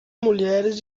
mulheres